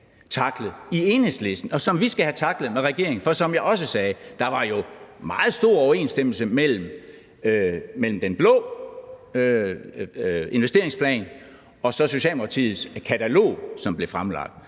tacklet i Enhedslisten, og som vi skal have tacklet i forhold til regeringen. For som jeg også sagde, var der meget stor overensstemmelse mellem den blå investeringsplan og Socialdemokratiets katalog, sådan som det blev fremlagt.